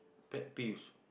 pet peeves